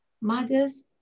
Mothers